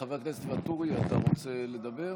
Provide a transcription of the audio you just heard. חבר הכנסת ואטורי, אתה רוצה לדבר?